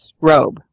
robe